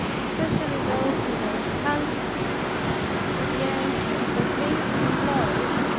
especially those who were handsome to the end that being employed,